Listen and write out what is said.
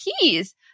keys